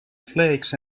flakes